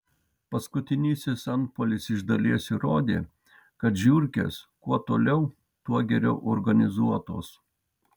paskutinysis antpuolis iš dalies įrodė kad žiurkės kuo toliau tuo geriau organizuotos